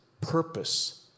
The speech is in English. purpose